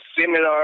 similar